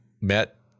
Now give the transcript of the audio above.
met